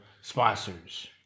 sponsors